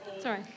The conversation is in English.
Sorry